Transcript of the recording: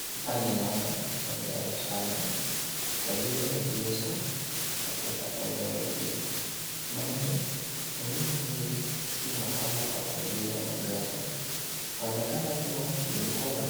Hapa ninaona magari tano yaliyoegeshwa katika eneo hii bali eneo hii si pahali pa kuegesha magari panaonekana kuwa mlikuwa na